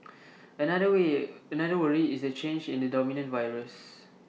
another way another worry is the change in the dominant virus